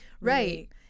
Right